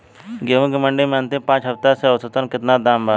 गेंहू के मंडी मे अंतिम पाँच हफ्ता से औसतन केतना दाम बा?